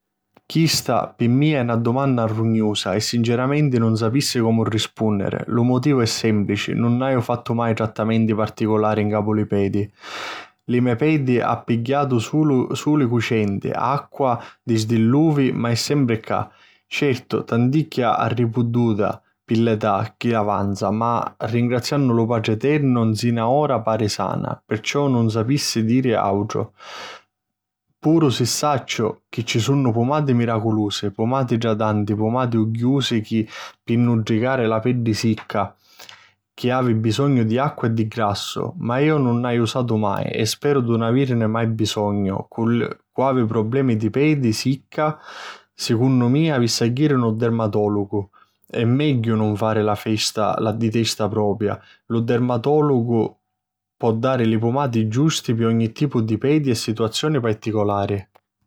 Chista, pi mia, è na dumanna rugnusa e sinceramenti nun sapissi comu rispùnniri. Lu motivu è sèmplici: nun haju fattu mai trattamenti particulari ncapu la me peddi. La me peddi ha pigghiatu suli cucenti, acqua di sdilluvi ma è sempri ca. Certu, tanticchia arripudduta pi l'età chi avanza ma, ringraziannu a lu Patri Eternu, nsina ora pari sana. Perciò nun sapissi dìri àutru, puru si sacciu chi ci sunnu pumati miraculusi, pumati idratanti, pumati ugghiusi chi pi nutricari la peddi sicca chi havi bisognu di acqua e di grassu. Ma iu nun nn'haju usatu mai e speru di nun aviri mai bisognu. Cu Cu' havi problemi di peddi sicca, secunnu mia, avissi a jiri a lu dermatòlugu. E' megghiu nun fari la festa la di testa propia. Lu dermatòlugu po dari li pumati giusti pi ogni tipu di peddi e di situazioni particulari.